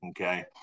Okay